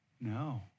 No